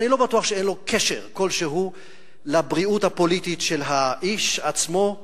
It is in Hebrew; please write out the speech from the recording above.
שאני לא בטוח שאין לו קשר כלשהו לבריאות הפוליטית של האיש עצמו,